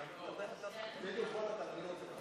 אדוני היושב-ראש, חבריי חברי הכנסת.